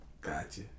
Gotcha